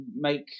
make